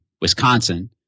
Wisconsin